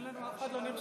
אנחנו מצביעים.